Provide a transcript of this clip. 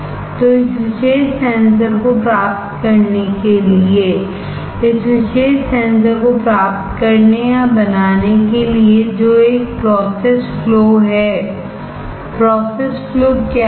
तो इस विशेष सेंसर को प्राप्त करने के लिए इस विशेष सेंसर को प्राप्त करने या बनाने के लिए जो एक प्रोसेस फ्लो है प्रोसेस फ्लो क्या हैं